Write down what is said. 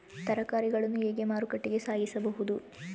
ತರಕಾರಿಗಳನ್ನು ಹೇಗೆ ಮಾರುಕಟ್ಟೆಗೆ ಸಾಗಿಸಬಹುದು?